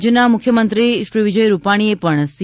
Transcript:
રાજ્યના મુખ્યમંત્રી શ્રી વિજય રૂપાણી પણ સી